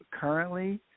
currently